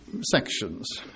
sections